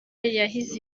yahize